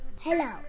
Hello